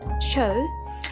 show